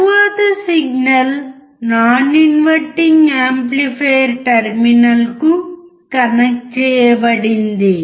తరువాత signal non inverting amplifier టెర్మినల్కు connect చేయబడింది